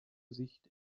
sicht